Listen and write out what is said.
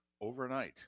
overnight